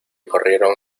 corrieron